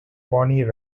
bonnie